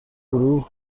گروه